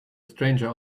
stranger